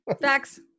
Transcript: Facts